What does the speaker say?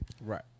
Right